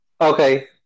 okay